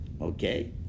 Okay